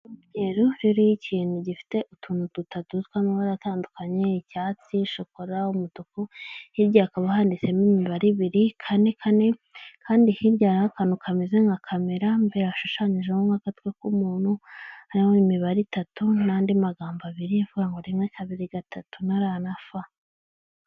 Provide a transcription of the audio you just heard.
byeru ririho ikintu gifite utuntu dutatu tw'amabara atandukanye icyatsi shokorala umutuku hirya ha akaba handitsemo imibare ibiri kane kane kandi hirya y'akantu kameze nka kamera mbere hashushanyijeho nk'akatwa k'umu hariho imibare itatu n'andi magambo abiri y ivangwa rimwe kabiri gatatu nara fa